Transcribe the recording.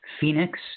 Phoenix